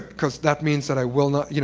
because that means that i will not. you know